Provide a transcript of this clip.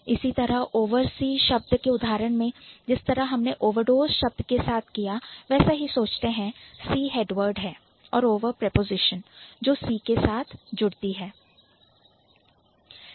इसी तरह oversee शब्द के उदाहरण में जिस तरह हमने ओवरडोज शब्द के साथ किया वैसा ही सोचते हैं तो See हेडवर्ड है Over प्रपोजिशन है जो See के साथ जुड़ी है